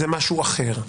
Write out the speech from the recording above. זה משהו אחר.